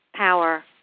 power